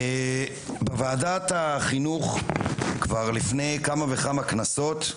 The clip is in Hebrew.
בוועדת החינוך כבר לפני כמה וכמה כנסות,